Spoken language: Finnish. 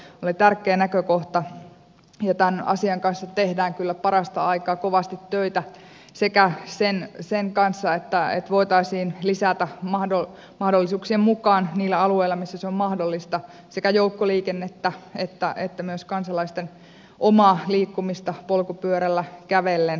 se oli tärkeä näkökohta ja tämän asian kanssa tehdään kyllä parasta aikaa kovasti töitä kuten sen kanssa että voitaisiin lisätä mahdollisuuksien mukaan niillä alueilla missä se on mahdollista sekä joukkoliikennettä että myös kansalaisten omaa liikkumista polkupyörällä kävellen ja niin edelleen